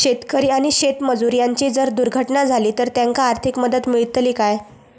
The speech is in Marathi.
शेतकरी आणि शेतमजूर यांची जर दुर्घटना झाली तर त्यांका आर्थिक मदत मिळतली काय?